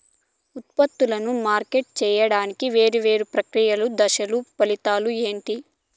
ఉత్పత్తులను మార్కెట్ సేయడానికి వేరువేరు ప్రక్రియలు దశలు ఫలితాలు ఏంటి?